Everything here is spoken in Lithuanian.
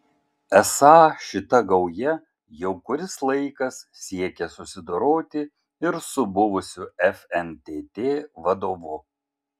esą šita gauja jau kuris laikas siekia susidoroti ir su buvusiu fntt vadovu